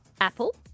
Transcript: Apple